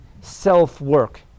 self-work